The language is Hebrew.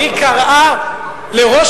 והיא קראה לראש